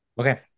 Okay